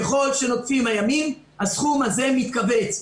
ככל שנוקפים הימים הסכום הזה מתכווץ,